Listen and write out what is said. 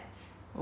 oh